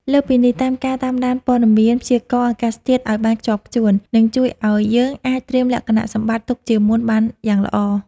លើសពីនេះ ការតាមដានព័ត៌មានព្យាករណ៍អាកាសធាតុឱ្យបានខ្ជាប់ខ្ជួន នឹងជួយឱ្យយើងអាចត្រៀមលក្ខណៈសម្បត្តិទុកជាមុនបានយ៉ាងល្អ។